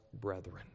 brethren